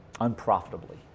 unprofitably